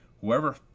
whoever